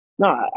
No